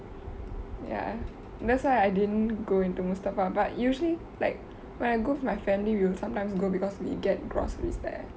ya that's why I didn't go into mustafa but usually like when I go with my family we will sometimes go because we get groceries there